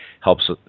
helps